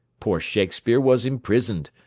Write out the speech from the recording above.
poor shakespeare was imprisoned,